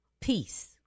Peace